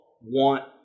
want